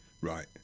Right